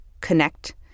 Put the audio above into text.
connect